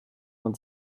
man